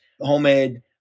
homemade